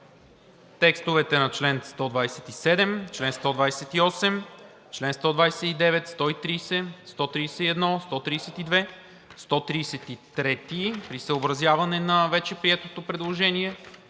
текстовете на членове 127, 128, 129, 130, 131, 132, 133 – при съобразяване на вече приетото предложение,